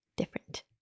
different